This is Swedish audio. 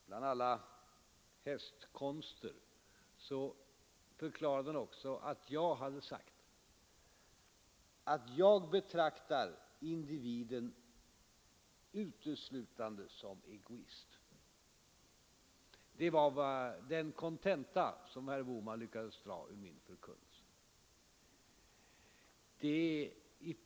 Bland alla hästkonster förklarade herr Bohman att jag hade sagt att jag betraktar individen uteslutande som egoist. Det var den kontenta som herr Bohman lyckades dra ur min förkunnelse.